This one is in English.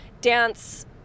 dance